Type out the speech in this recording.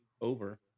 over